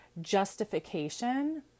justification